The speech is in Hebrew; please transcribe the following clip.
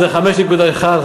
במונחי תוצר זה 5.1,